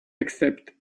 except